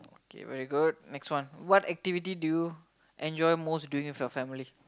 K very good next one what activity do you enjoy most doing with your family